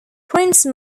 prince